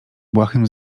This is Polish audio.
błahym